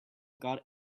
got